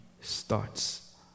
starts